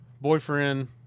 Boyfriend